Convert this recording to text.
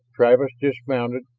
travis dismounted,